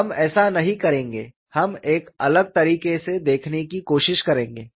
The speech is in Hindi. हम ऐसा नहीं करेंगे हम एक अलग तरीके से देखने की कोशिश करेंगे